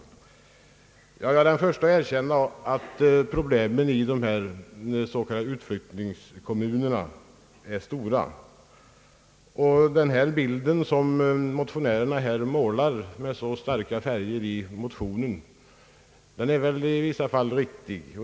Jag är den förste att erkänna att problemen i de s.k. utflyttningskommunerna är stora och att den bild som motionärerna målar med så starka färger i motionen väl i vissa fall är riktig.